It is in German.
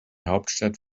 hauptstadt